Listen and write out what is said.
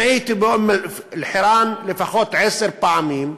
אני הייתי באום-אלחיראן לפחות עשר פעמים,